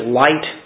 light